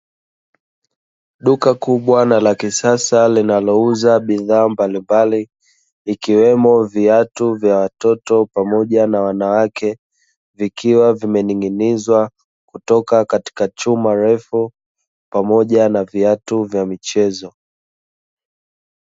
Duka kubwa na la kisasa linalouza bidhaa mbalimbali ikiwemo viatu vya watoto pamoja na wanawake, vikiwa vimening'inizwa kutoka katika chuma refu pamoja na viatu vya michezo.